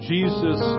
Jesus